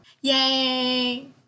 Yay